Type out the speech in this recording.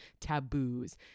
taboos